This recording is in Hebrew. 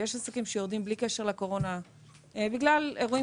ויש עסקים שיורדים בלי קשר לקורונה בגלל אירועים